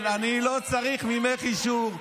אני לא צריך ממך אישור.